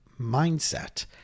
mindset